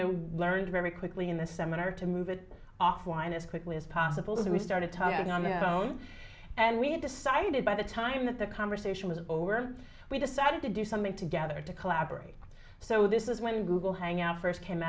we learned very quickly in the seminar to move it offline as quickly as possible to we started talking on the phone and we had decided by the time that the conversation was over we decided to do something together to collaborate so this is when google hangout first came